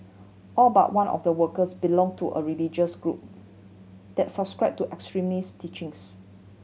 all but one of the workers belonged to a religious group that subscribed to extremist teachings